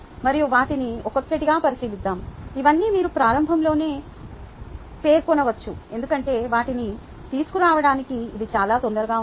మరియు వాటిని ఒక్కొక్కటిగా పరిశీలిద్దాం ఇవన్నీ మీరు ప్రారంభంలోనే పేర్కొనవచ్చు ఎందుకంటే వాటిని తీసుకురావడానికి ఇది చాలా తొందరగా ఉంది